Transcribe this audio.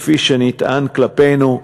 כפי שנטען כלפינו.